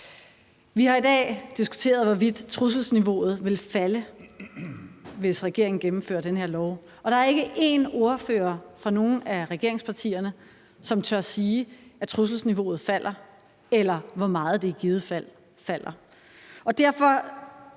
Vi har i dag diskuteret, hvorvidt trusselsniveauet vil falde, hvis regeringen gennemfører den her lov, og der er ikke én ordfører fra nogen af regeringspartierne, som tør sige, at trusselsniveauet falder, eller hvor meget det i givet fald falder. Derfor